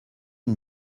une